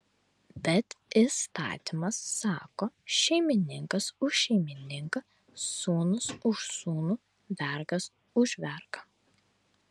bet įstatymas sako šeimininkas už šeimininką sūnus už sūnų vergas už vergą